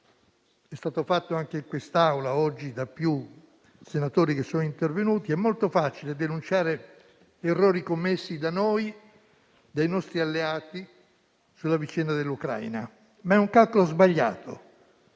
è stato fatto anche in quest'Aula, oggi, da più senatori intervenuti - denunciare errori commessi da noi e dai nostri alleati sulla vicenda dell'Ucraina. Ma è un calcolo sbagliato,